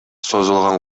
созулган